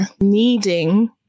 needing